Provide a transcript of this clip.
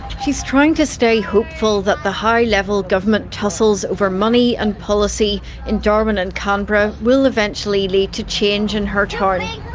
she's trying to stay hopeful that the high level government tussles over money and policy in darwin and canberra will eventually lead to change in her town. from